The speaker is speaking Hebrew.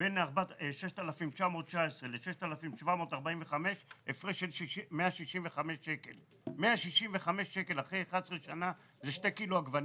בין 6,919 ל-6,745 הפרש של 165 שקל אחרי 11 שנה זה שני קילו עגבניות,